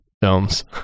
films